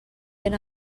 ben